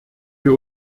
wir